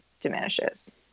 diminishes